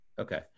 Okay